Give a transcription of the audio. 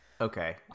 Okay